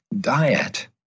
diet